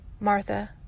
Martha